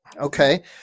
okay